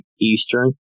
Eastern